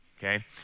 Okay